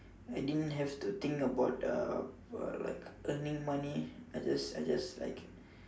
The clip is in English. I didn't have to think about uh like earning money I just I just like